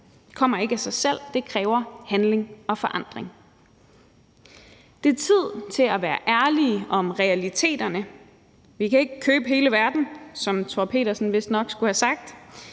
kommer ikke af sig selv. Det kræver handling og forandring. Det er tid til at være ærlige om realiteterne. Vi kan ikke købe hele verden, som Thor Pedersen vistnok skulle have sagt